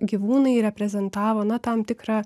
gyvūnai reprezentavo na tam tikrą